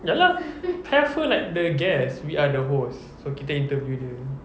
ya lah have her like the guest we are the host so kita interview dia